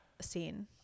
scene